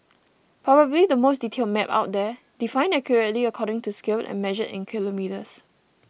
probably the most detailed map out there defined accurately according to scale and measured in kilometres